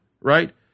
right